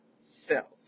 self